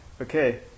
Okay